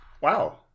wow